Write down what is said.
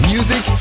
Music